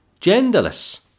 genderless